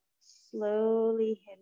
slowly